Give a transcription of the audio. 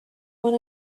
when